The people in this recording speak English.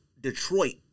Detroit